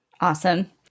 Awesome